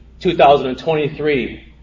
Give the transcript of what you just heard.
2023